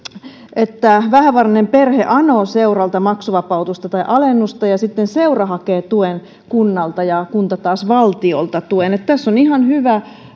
että vähävarainen perhe anoo seuralta maksuvapautusta tai alennusta ja sitten seura hakee tuen kunnalta ja kunta taas valtiolta tuen että tässä on ihan hyvä